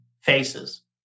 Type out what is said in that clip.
faces